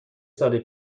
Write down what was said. سال